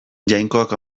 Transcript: jainkoak